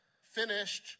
finished